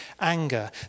anger